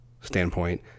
standpoint